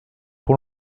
pour